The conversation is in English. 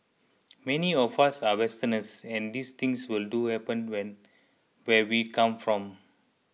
many of us are Westerners and these things would do happen when where we come from